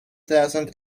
thousand